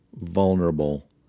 vulnerable